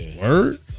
Word